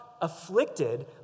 afflicted